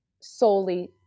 solely